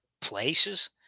places